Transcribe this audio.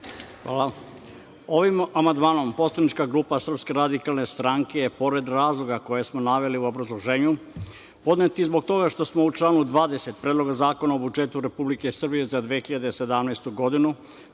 Hvala. Ovaj amandman poslanička grupa SRS je, pored razloga koje smo naveli u obrazloženju, podnela zbog toga što smo u članu 20. Predloga zakona o budžetu Republike Srbije za 2017. godinu